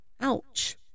Ouch